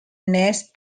nez